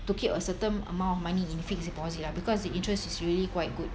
to keep a certain amount of money in fixed deposit lah because the interest is really quite good